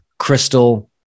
Crystal